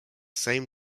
same